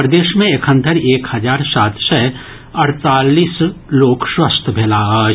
प्रदेश मे एखन धरि एक हजार सात सय अड़तालिस लोक स्वस्थ भेलाह अछि